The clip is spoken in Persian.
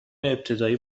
ابتدایی